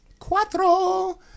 cuatro